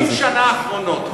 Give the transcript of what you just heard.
ב-20 השנים האחרונות,